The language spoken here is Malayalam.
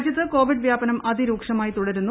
രാജ്യത്ത് കോവിഡ് വ്യാപ്പന്ം അതിരൂക്ഷമായി തുടരുന്നു